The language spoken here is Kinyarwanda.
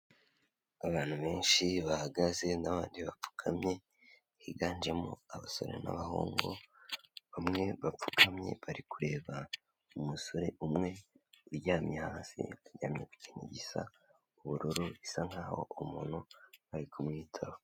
Abantu benshi bahagaze n'abandi bapfukamye, higanjemo abasore n'abahungu, bamwe bapfukamye, bari kureba umusore umwe uryamye hasi aryamye ku kintu gisa ubururu, bisa nkaho umuntu ari kumwitaho.